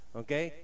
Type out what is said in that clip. okay